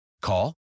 Call